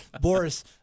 Boris